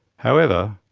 however,